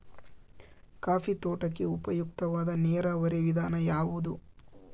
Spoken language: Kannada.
ಕಾಫಿ ತೋಟಕ್ಕೆ ಉಪಯುಕ್ತವಾದ ನೇರಾವರಿ ವಿಧಾನ ಯಾವುದು?